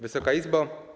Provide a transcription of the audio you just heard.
Wysoka Izbo!